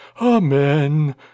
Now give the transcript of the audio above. Amen